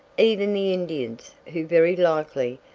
even the indians, who very likely,